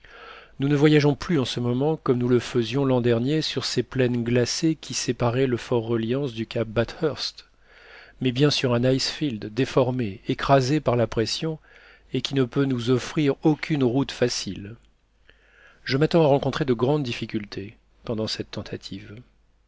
nous ne voyageons plus en ce moment comme nous le faisions l'an dernier sur ces plaines glacées qui séparaient le fort reliance du cap bathurst mais bien sur un icefield déformé écrasé par la pression et qui ne peut nous offrir aucune route facile je m'attends à rencontrer de grandes difficultés pendant cette tentative